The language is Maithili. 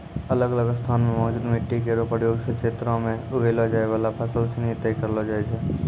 अलग अलग स्थान म मौजूद मिट्टी केरो प्रकार सें क्षेत्रो में उगैलो जाय वाला फसल सिनी तय करलो जाय छै